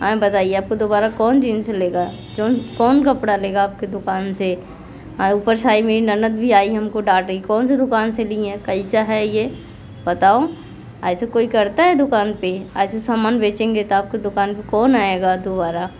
हैं बताइए आपको दोबारा कौन जींस लेगा कौन कौन कपड़ा लेगा आपके दुकान से ऊपर से आज मेरी ननंद भी आई है हमको डांट रही है कौनसी दुकान से लिए हैं कैसा है ये बताओ ऐसा कोई करता है दुकान पे ऐसा समान बेचेंगे तो आपके दुकान पे कौन आएगा दोबारा